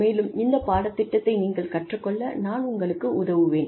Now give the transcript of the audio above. மேலும் இந்த பாடத்திட்டத்தை நீங்கள் கற்றுக் கொள்ள நான் உங்களுக்கு உதவுவேன்